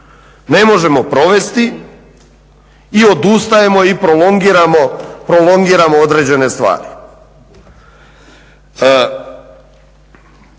ne možemo provesti i odustajemo i prolongiramo određene stvari.